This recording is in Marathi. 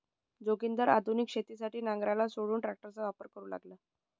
जोगिंदर आधुनिक शेतीसाठी नांगराला सोडून ट्रॅक्टरचा वापर करू लागला